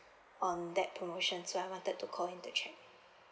um that promotion so I wanted to call in to check